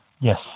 Yes